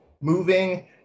moving –